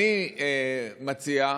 ואני מציע,